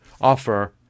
offer